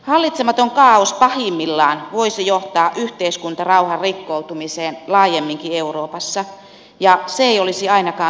hallitsematon kaaos pahimmillaan voisi johtaa yhteiskuntarauhan rikkoutumiseen laajemminkin euroopassa ja se ei olisi ainakaan suomen etu